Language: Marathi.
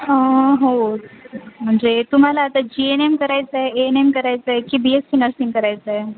हो म्हणजे तुम्हाला आता जी एन एम करायचं आहे एन एम करायचं आहे की बी एस सी नर्सिंग करायचं आहे